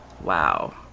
Wow